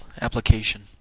Application